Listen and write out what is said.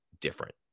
different